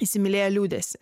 įsimylėję liūdesį